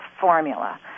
formula